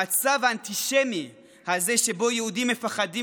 המצב האנטישמי הזה שבו יהודים מפחדים